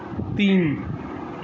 تین